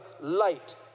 light